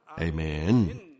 Amen